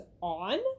on